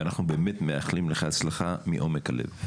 אנחנו באמת מאחלים לך הצלחה מעומק הלב,